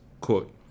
quote